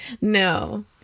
No